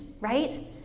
right